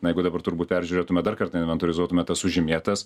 na jeigu dabar turbūt peržiūrėtume dar kartą inventorizuotume tas sužymėtas